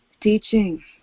teaching